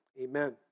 amen